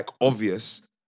obvious